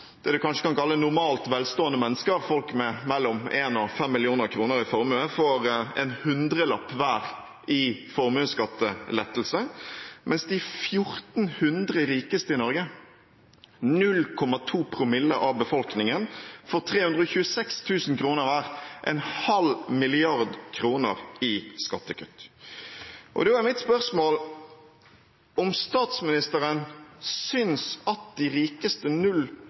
det en kanskje kan kalle normalt velstående mennesker, folk med mellom 1 mill. kr og 5 mill. kr i formue, får en hundrelapp hver i formuesskattelettelse – mens de 1 400 rikeste i Norge, 0,2 promille av befolkningen, får 326 000 kr hver: 0,5 mrd. kr i skattekutt. Da er mitt spørsmål: Synes statsministeren at de rikeste